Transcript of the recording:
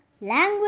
Language